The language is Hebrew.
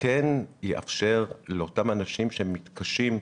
כן תאפשר לאותם אנשים שמתקשים,